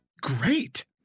great